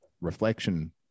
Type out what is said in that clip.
reflection